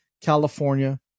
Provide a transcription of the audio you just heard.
California